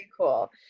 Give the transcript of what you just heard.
Cool